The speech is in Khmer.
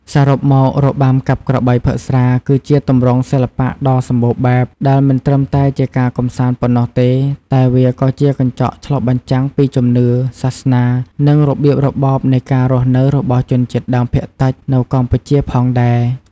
សរុបមក របាំកាប់ក្របីផឹកស្រា គឺជាទម្រង់សិល្បៈដ៏សម្បូរបែប ដែលមិនត្រឹមតែជាការកម្សាន្តប៉ុណ្ណោះទេ តែវាក៏ជាកញ្ចក់ឆ្លុះបញ្ចាំងពីជំនឿ សាសនា និងរបៀបរបបនៃការរស់នៅរបស់ជនជាតិដើមភាគតិចនៅកម្ពុជាផងដែរ។